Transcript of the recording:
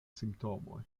simptomoj